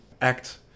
act